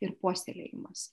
ir puoselėjimas